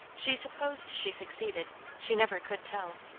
she supposed she succeeded she never could tell.